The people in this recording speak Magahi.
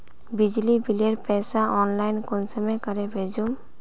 बिजली बिलेर पैसा ऑनलाइन कुंसम करे भेजुम?